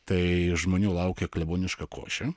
tai žmonių laukia kleboniška košė